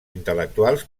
intel·lectuals